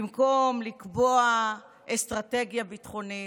במקום לקבוע אסטרטגיה ביטחונית,